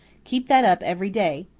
keep that up every day.